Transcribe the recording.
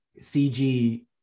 CG